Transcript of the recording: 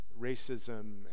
racism